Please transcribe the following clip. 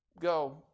go